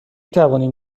توانیم